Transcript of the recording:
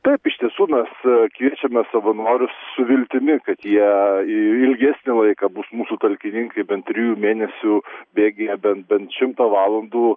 taip iš tiesų mes kviečiame savanorius su viltimi kad jie ilgesnį laiką bus mūsų talkininkai bent trijų mėnesių bėgyje bent bent šimtą valandų